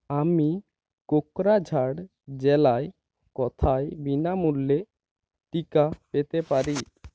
আমি কোকড়াঝাড় জেলায় কোথায় বিনামূল্যে টিকা পেতে পারি